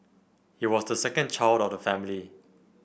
he was the second child of the family